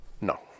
no